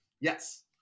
yes